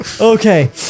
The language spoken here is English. Okay